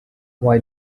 why